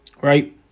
right